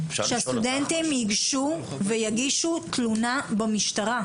שהסטודנטים יגשו ויגישו תלונה במשטרה.